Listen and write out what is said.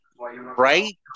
right